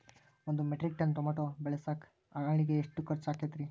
ಒಂದು metric ton tomato ಬೆಳಸಾಕ್ ಆಳಿಗೆ ಎಷ್ಟು ಖರ್ಚ್ ಆಕ್ಕೇತ್ರಿ?